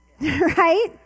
right